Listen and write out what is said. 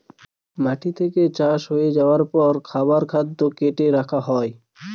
মাটি থেকে চাষ হয়ে যাবার পর খাবার খাদ্য কার্টে রাখা হয়